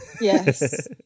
Yes